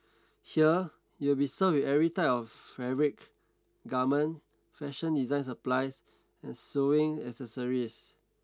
here you will be served with every type of fabric garment fashion design supplies and sewing accessories